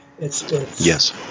Yes